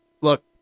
look